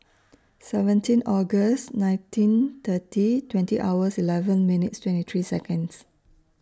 seventeen August nineteen thirty twenty hours eleven minutes twenty three Seconds